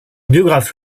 biographe